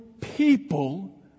people